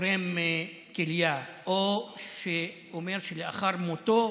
תורם כליה או אומר שלאחר מותו,